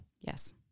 Yes